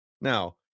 now